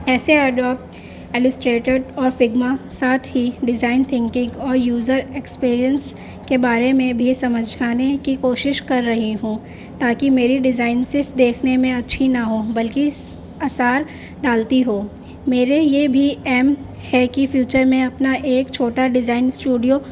ایسے adapt illustrated اور Figma ساتھ ہی ڈیزائن تھنکنگ اور یوزر ایکسپریئنس کے بارے میں بھی سمجھانے کی کوشش کر رہی ہوں تاکہ میری ڈیزائن صرف دیکھنے میں اچھی نہ ہو بلکہ اثار ڈالتی ہو میرے یہ بھی ایم ہے کہ فیوچر میں اپنا ایک چھوٹا ڈیزائن اسٹوڈیو